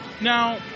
Now